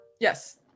Yes